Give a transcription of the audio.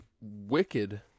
Wicked